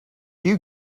you